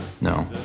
No